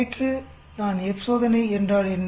நேற்று நான் F சோதனை என்றால் என்ன